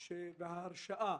וההרשאה